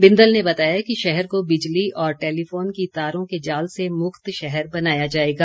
बिंदल ने बताया कि शहर को बिजली और टेलीफोन की तारों के जाल से मुक्त शहर बनाया जाएगा